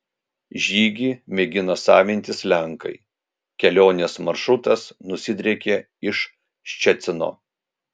žygį mėgina savintis lenkai kelionės maršrutas nusidriekė iš ščecino